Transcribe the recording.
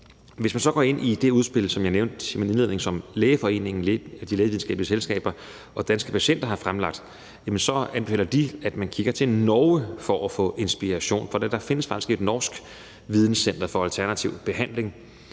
Hvis man så går ind i det udspil, som jeg nævnte i min indledning, og som Lægeforeningen og Lægevidenskabelige Selskaber og Danske Patienter har fremlagt, så anbefaler de, at man kigger til Norge for at få inspiration, for der findes faktisk et norsk videnscenter for alternativ behandling.